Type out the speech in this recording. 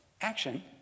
action